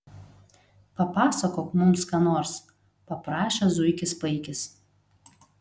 papasakok mums ką nors paprašė zuikis paikis